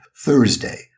Thursday